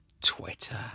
Twitter